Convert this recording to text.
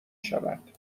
شود